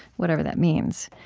whatever that means.